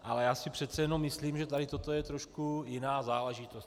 Ale já si přece jenom myslím, že tady toto je trošku jiná záležitost.